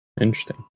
Interesting